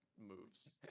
moves